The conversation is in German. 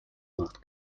macht